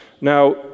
Now